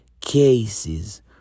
cases